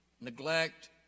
neglect